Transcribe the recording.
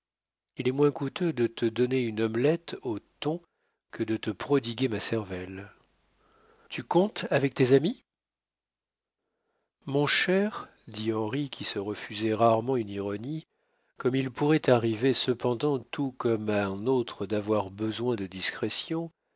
il est moins coûteux de te donner une omelette au thon que de te prodiguer ma cervelle tu comptes avec tes amis mon cher dit henri qui se refusait rarement une ironie comme il pourrait t'arriver cependant tout comme à un autre d'avoir besoin de discrétion